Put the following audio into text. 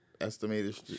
estimated